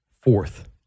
fourth